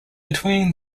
between